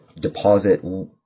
deposit